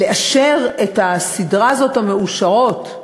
לאשר את הסדרה הזאת, "מעושרות",